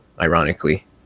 Ironically